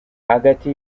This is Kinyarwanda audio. hagati